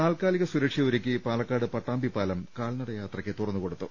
താൽക്കാലിക സുരക്ഷയൊരുക്കി പാലക്കാട് പട്ടാമ്പി പാലം കാൽനടയാത്രയ്ക്ക് തുറന്നുകൊടുത്തു